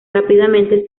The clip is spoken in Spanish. rápidamente